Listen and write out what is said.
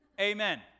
amen